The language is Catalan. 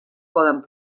poden